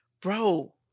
Bro